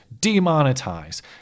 demonetize